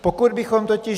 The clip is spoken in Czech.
Pokud bychom totiž...